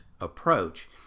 approach